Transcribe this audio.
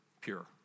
pure